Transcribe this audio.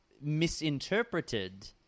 misinterpreted